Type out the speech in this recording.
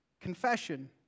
Confession